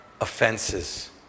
offenses